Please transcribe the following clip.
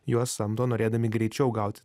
juos samdo norėdami greičiau gauti